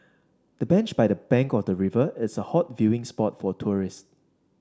the bench by the bank of the river is a hot viewing spot for tourists